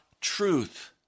truth